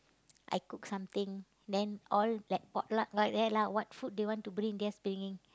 I cook something then all like potluck like that lah what food they want to bring just bring in